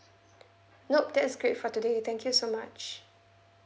nop that's great for today thank you so much